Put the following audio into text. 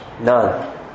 none